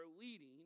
leading